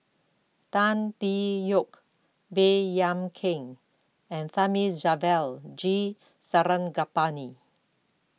Tan Tee Yoke Baey Yam Keng and Thamizhavel G Sarangapani